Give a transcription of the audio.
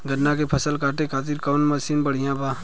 गन्ना के फसल कांटे खाती कवन मसीन बढ़ियां बा?